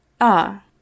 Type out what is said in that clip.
Ah